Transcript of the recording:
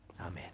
Amen